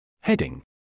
Heading